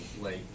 late